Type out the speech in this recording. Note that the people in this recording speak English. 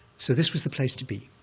so this was the place to be,